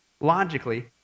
logically